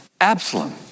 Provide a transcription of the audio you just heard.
Absalom